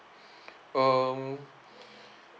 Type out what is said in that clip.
um